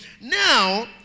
Now